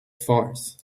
farce